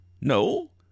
No